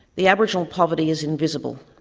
the aboriginal poverty is invisible,